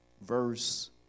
verse